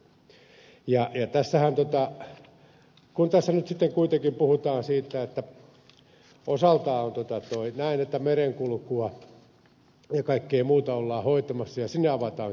tässä nyt sitten kuitenkin puhutaan siitä että osaltaan on näin että merenkulkua ja kaikkea muuta ollaan hoitamassa ja sinne avataan kilpailua